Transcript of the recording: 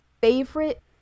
favorite